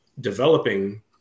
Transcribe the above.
developing